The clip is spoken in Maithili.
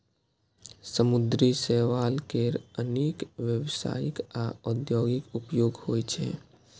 समुद्री शैवाल केर अनेक व्यावसायिक आ औद्योगिक उपयोग होइ छै